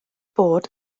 bod